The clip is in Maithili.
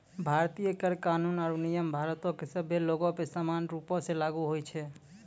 भारतीय कर कानून आरु नियम भारतो के सभ्भे लोगो पे समान रूपो से लागू होय छै